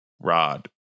Rod